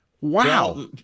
Wow